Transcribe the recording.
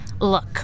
Look